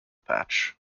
patch